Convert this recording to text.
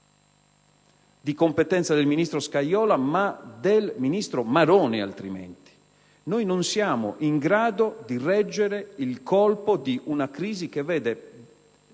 di competenza del ministro Scajola ma anche del ministro Maroni, se non si interviene. Noi non siamo in grado di reggere il colpo di una crisi che vede